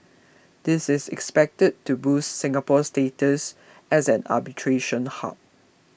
this is expected to boost Singapore's status as an arbitration hub